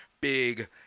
big